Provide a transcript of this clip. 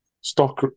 Stock